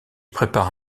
prépare